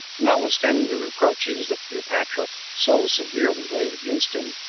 notwithstanding the reproaches that cleopatra so severely laid against him,